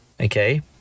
Okay